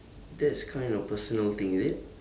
that's kind of personal thing is it